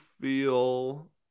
feel